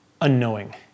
unknowing